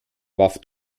warf